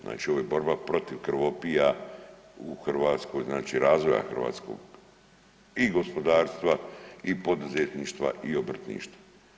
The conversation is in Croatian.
Znači ovo je borba protiv krvopija u Hrvatskoj znači razvoja hrvatskog i gospodarstva i poduzetništva i obrtništva.